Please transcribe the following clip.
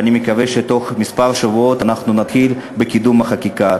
ואני מקווה שבתוך כמה שבועות אנחנו נתחיל בקידום החקיקה.